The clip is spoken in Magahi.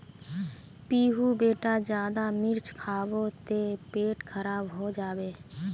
पीहू बेटा ज्यादा मिर्च खाबो ते पेट खराब हों जाबे